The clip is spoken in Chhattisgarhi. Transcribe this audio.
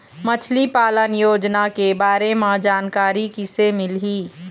मछली पालन योजना के बारे म जानकारी किसे मिलही?